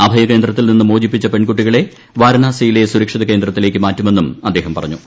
അഭയ കേന്ദ്രത്തിൽ നിന്ന് മോചിപ്പിച്ച പെൺകുട്ടികളെ വാരണാസിയിലെ സുരക്ഷിത കേന്ദ്രത്തിലേക്ക് മാറ്റുമെന്നും അദ്ദേഹം പറഞ്ഞു